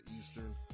Eastern